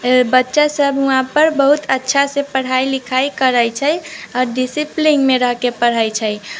बच्चासब वहाँपर बहुत अच्छासँ पढ़ाइ लिखाइ करै छै आओर डिसिप्लीनमे रहिके पढ़ै छै